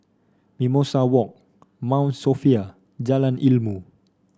Mimosa Walk Mount Sophia Jalan Ilmu